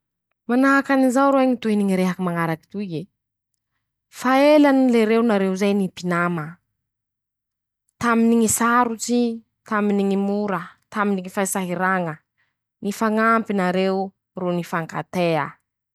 Manahaky anizao roahy ñy tohiny ñy rehaky mañaraky toy e: -"Fa ela any lereo nareo zay nipinama, taminy ñy sarotsy ,taminy ñy mora ,taminy ñy fahasahiraña ;nifañampy nareo ro nifankatea ".